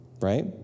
right